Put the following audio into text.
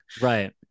Right